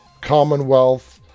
Commonwealth